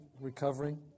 recovering